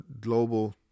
global